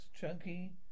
chunky